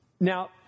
Now